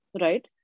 right